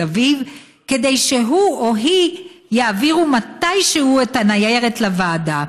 אביב כדי שהוא או היא יעבירו מתישהו את הניירת לוועדה.